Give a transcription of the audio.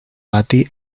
pati